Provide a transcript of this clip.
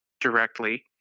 directly